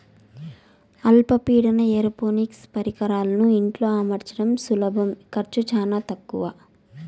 అల్ప పీడన ఏరోపోనిక్స్ పరికరాలను ఇంట్లో అమర్చడం సులభం ఖర్చు చానా తక్కవ